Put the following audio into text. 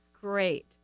Great